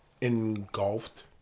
engulfed